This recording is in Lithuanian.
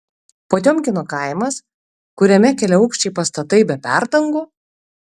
potiomkino kaimas kuriame keliaaukščiai pastatai be perdangų